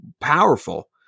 powerful